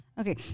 Okay